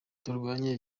turwanye